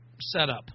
setup